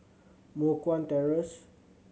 Moh Guan Terrace